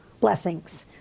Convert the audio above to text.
blessings